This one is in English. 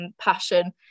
passion